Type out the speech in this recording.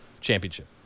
championship